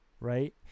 right